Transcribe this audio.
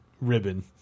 Ribbon